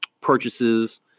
purchases